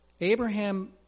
Abraham